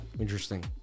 Interesting